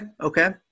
okay